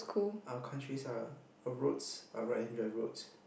our countries are our roads are roads